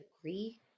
agree